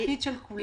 זה תפקיד של כולם.